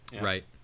Right